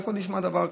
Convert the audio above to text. איפה נשמע דבר כזה?